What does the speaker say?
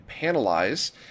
panelize